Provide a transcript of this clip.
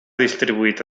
distribuït